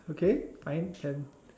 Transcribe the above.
okay fine can